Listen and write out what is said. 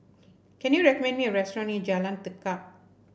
can you recommend me a restaurant near Jalan Tekad